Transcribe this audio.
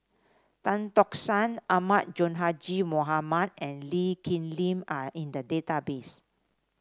Tan Tock San Ahmad Sonhadji Mohamad and Lee Kip Lin are in the database